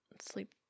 sleep